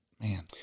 man